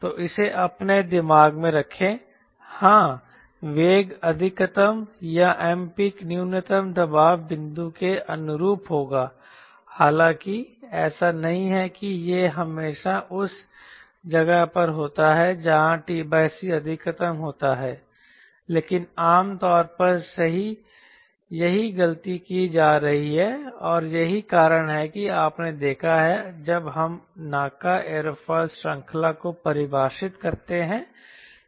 तो इसे अपने दिमाग में रखें हाँ वेग अधिकतम या Mpeak न्यूनतम दबाव बिंदु के अनुरूप होगा हालाँकि ऐसा नहीं है कि यह हमेशा उस जगह पर होता है जहाँ t c अधिकतम होता है लेकिन आम तौर पर यही गलती की जा रही है और यही कारण है कि आपने देखा है जब हम NACA एयरोफिल श्रृंखला को परिभाषित करते हैं